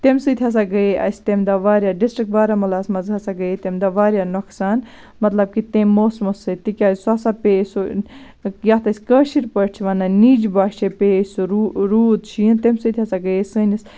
تَمہِ سۭتۍ ہسا گٔیے اَسہِ تَمہِ دۄہ واریاہ ڈِسٹرک بارہمُلہَس منٛز ہسا گٔیے تَمہِ دۄہ واریاہ نۄقصان مطلب کہِ تمہِۍ موسمہٕ سۭتۍ تِکیازِ سُہ ہسا پیٚیہِ سُہ یَتھ أسۍ کٲشِر پٲٹھۍ چھِ وَنان نِج باچھہِ پیٚیے سُہ روٗد شیٖن تَمہِ سۭتۍ ہسا گٔیے سانِس